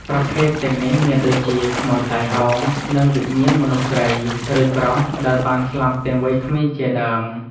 ប្រភេទទាំងនេះមានដូចជា ខ្មោចតៃហោង និងវិញ្ញាណមនុស្សស្រី ឬប្រុសដែលបានស្លាប់ទាំងវ័យក្មេងជាដើម។